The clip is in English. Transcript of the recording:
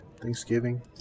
Thanksgiving